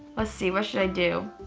let's see, what should i do?